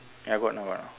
ya go out now lah